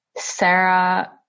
Sarah